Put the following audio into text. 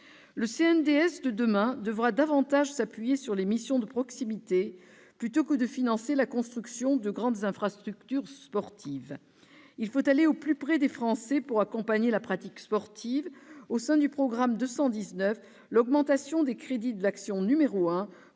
Le CNDS de demain devra davantage s'appuyer sur les missions de proximité, plutôt que de financer la construction de grandes infrastructures sportives. Il faut aller au plus près des Français pour accompagner la pratique sportive. Au sein du programme 219, l'augmentation des crédits de l'action n° 1,